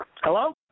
Hello